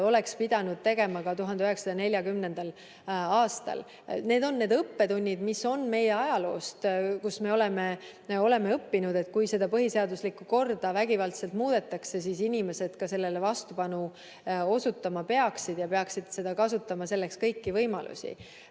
oleks pidanud tegema ka 1940. aastal. Need on õppetunnid, mis on meie ajaloost, kus me oleme õppinud, et kui seda põhiseaduslikku korda vägivaldselt muudetakse, siis inimesed peaksid ka sellele vastupanu osutama ja nad peaksid selleks kasutama kõiki võimalusi.